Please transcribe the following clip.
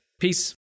Peace